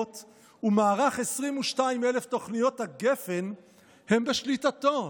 ומערך 22,000 תוכניות הגפ"ן הם בשליטתו,